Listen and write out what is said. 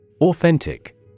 Authentic